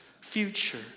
future